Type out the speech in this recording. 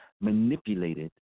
manipulated